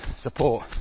support